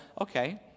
okay